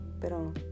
Pero